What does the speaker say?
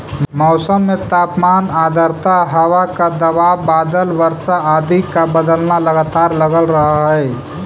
मौसम में तापमान आद्रता हवा का दबाव बादल वर्षा आदि का बदलना लगातार लगल रहअ हई